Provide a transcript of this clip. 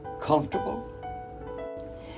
comfortable